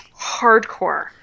hardcore